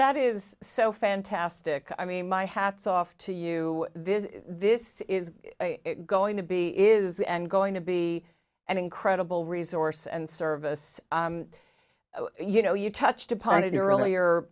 that is so fantastic i mean my hat's off to you this is this is going to be is and going to be an incredible resource and service you know you touched upon it earlier